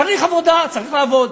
צריך עבודה, צריך לעבוד,